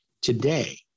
Today